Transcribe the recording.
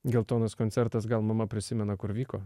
geltonas koncertas gal mama prisimena kur vyko